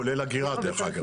כולל אגירה דרך אגב.